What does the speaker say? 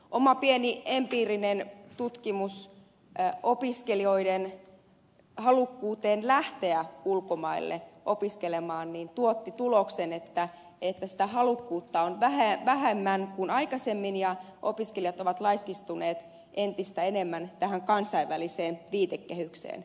oma pieni empiirinen tutkimukseni opiskelijoiden halukkuudesta lähteä ulkomaille opiskelemaan tuotti tuloksen että sitä halukkuutta on vähemmän kuin aikaisemmin ja opiskelijat ovat laiskistuneet entistä enemmän suhteessa tähän kansainväliseen viitekehykseen